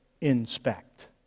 inspect